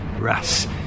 Russ